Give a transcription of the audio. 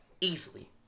easily